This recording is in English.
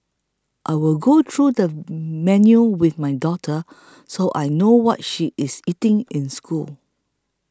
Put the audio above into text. I will go through the menu with my daughter so I know what she is eating in school